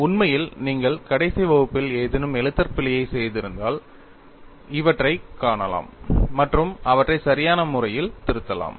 உண்மையில் நீங்கள் கடைசி வகுப்பில் ஏதேனும் எழுத்தர் பிழையைச் செய்திருந்தால் இவற்றைக் காணலாம் மற்றும் அவற்றை சரியான முறையில் திருத்தலாம்